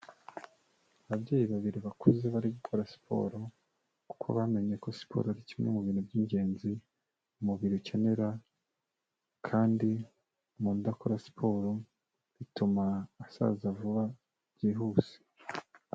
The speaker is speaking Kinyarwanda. Ababyeyi babiri bakuze bari gukora siporo kuko bamenye ko siporo ari kimwe mu bintu by'ingenzi umubiri ukenera kandi umuntu udakora siporo bituma asaza vuba byihuse.